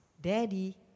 Daddy